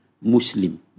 Muslim